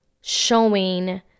showing